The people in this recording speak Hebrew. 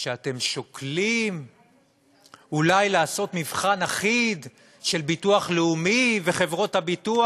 שאתם שוקלים אולי לעשות מבחן אחיד של ביטוח לאומי וחברות הביטוח.